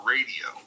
Radio